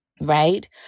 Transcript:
Right